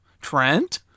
Trent